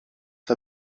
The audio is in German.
war